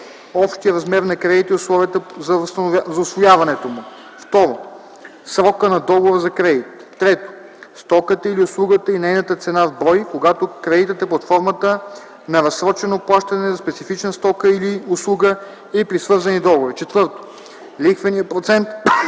общия размер на кредита и условията за усвояването му; 2. срока на договора за кредит; 3. стоката или услугата и нейната цена в брой – когато кредитът е под формата на разсрочено плащане за специфична стока или услуга и при свързани договори; 4. лихвения процент